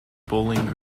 bowling